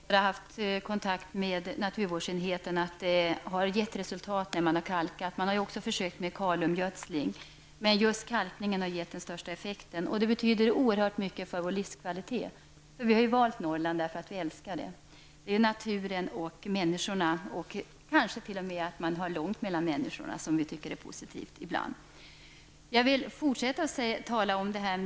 Herr talman! Efter att ha haft kontakt med naturvårdsenheten är jag väl medveten om att kalkning har gett resultat. Man har också försökt med kaliumgödsling. Just kalkningen har emellertid gett den största effekten, vilket betyder oerhört mycket för livskvaliteten. Vi har ju valt att bo i Norrland, därför att vi älskar det. Det är naturen och människorna som är det positiva -- kanske också ibland detta att det är långt mellan människorna. Jag vill fortsätta att tala om Värö.